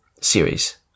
series